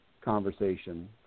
conversation